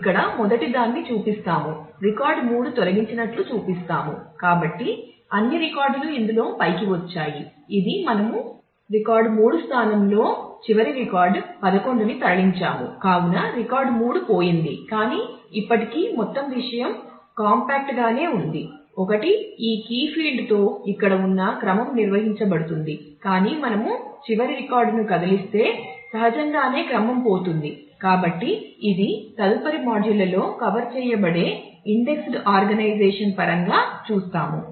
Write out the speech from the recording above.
ఇక్కడ మొదటిదాన్ని చూపిస్తాము రికార్డ్ పరంగా చూస్తాము